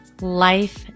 life